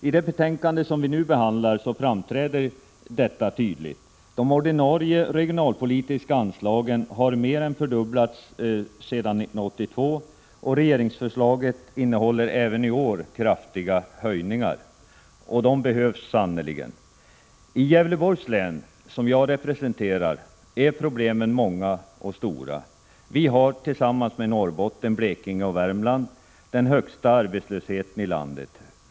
I det betänkande som vi nu behandlar, framträder detta tydligt. De ordinarie regionalpolitiska anslagen har mer än fördubblats sedan 1982, och regeringsförslaget innehåller kraftiga höjningar också i år. Och det behövs sannerligen. I Gävleborgs län, som jag representerar, är problemen många och stora. Vi har, tillsammans med Norrbotten, Blekinge och Värmland, den högsta arbetslösheten i landet.